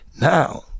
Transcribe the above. now